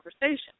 conversation